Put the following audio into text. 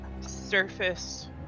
surface